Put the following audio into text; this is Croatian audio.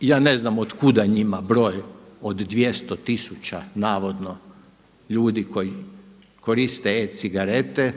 ja ne znam od kuda njima broj od 200 tisuća navodno ljudi koji koriste e-cigarete,